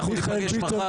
ניפגש מחר.